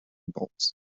bolts